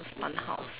fun house